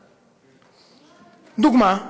דוגמה: